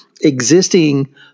existing